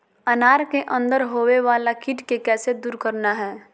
अनार के अंदर होवे वाला कीट के कैसे दूर करना है?